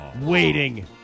Waiting